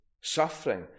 suffering